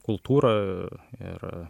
kultūra ir